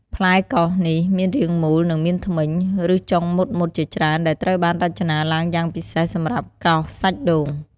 ផ្លែកោសនេះមានរាងមូល និងមានធ្មេញ ឬចុងមុតៗជាច្រើនដែលត្រូវបានរចនាឡើងយ៉ាងពិសេសសម្រាប់កោសសាច់ដូង។